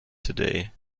today